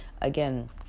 again